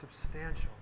substantial